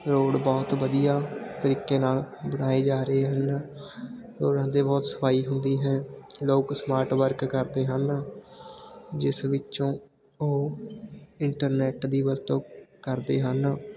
road ਬਹੁਤ ਵਧੀਆ ਤਰੀਕੇ ਨਾਲ ਬਣਾਏ ਜਾ ਰਹੇ ਹਨ ਰੋਡਾਂ 'ਤੇ ਬਹੁਤ ਸਫਾਈ ਹੁੰਦੀ ਹੈ ਲੋਕ ਸਮਾਰਟ ਵਰਕ ਕਰਦੇ ਹਨ ਜਿਸ ਵਿੱਚੋਂ ਉਹ ਇੰਟਰਨੈਟ ਦੀ ਵਰਤੋਂ ਕਰਦੇ ਹਨ